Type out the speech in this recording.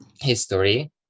history